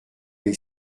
les